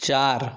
চার